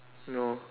no